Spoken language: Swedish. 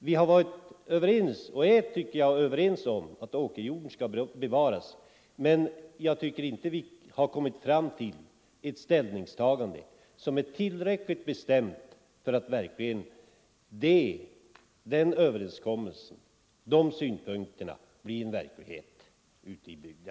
Vi har varit överens om och är, tycker jag, överens om att åkerjorden skall bevaras, men vi har inte kommit fram till ett ställningstagande som är tillräckligt bestämt för att den målsättningen skall kunna bli verklighet ute i bygderna.